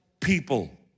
people